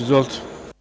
Izvolite.